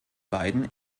beiden